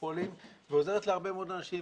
המונופולים ועוזרת להרבה מאוד אנשים,